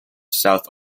south